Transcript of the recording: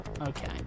okay